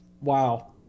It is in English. Wow